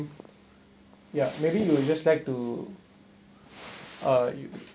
mm ya maybe you will just like to uh you